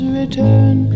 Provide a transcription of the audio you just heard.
return